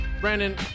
Brandon